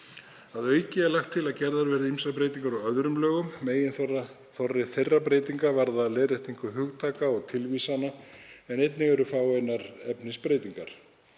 Að auki er lagt til að gerðar verði ýmsar breytingar á öðrum lögum. Meginþorri þeirra breytinga varðar leiðréttingu hugtaka og tilvísana en einnig eru fáeinar efnisbreytingar.